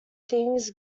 things